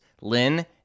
Lynn